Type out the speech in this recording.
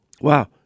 Wow